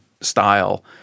style